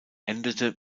endete